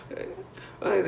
ya